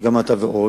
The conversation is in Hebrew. שגם אתה ועוד,